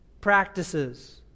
practices